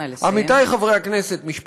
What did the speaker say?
נא לסיים.